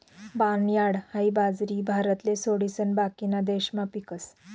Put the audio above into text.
barnyard हाई बाजरी भारतले सोडिसन बाकीना देशमा पीकस